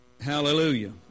Hallelujah